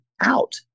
out